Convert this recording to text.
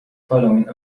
following